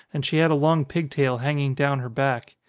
and she had a long pig-tail hanging down her back.